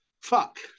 fuck